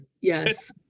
yes